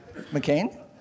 McCain